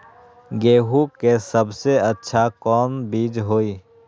गेंहू के सबसे अच्छा कौन बीज होई?